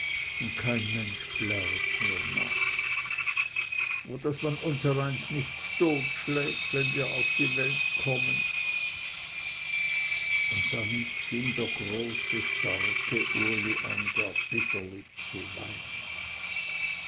und kein mensch pläret mir nach oh daß man unsereinen nicht ztod schlägt wenn wir auf die welt kommen und damit fing der große starke uli an gar bitterlich zu weinen